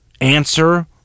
answer